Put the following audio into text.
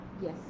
yes